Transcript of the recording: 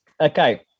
Okay